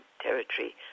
territory